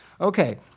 Okay